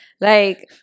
Like-